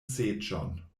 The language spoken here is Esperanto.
seĝon